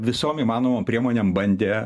visom įmanomom priemonėm bandė